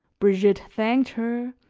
brigitte thanked her,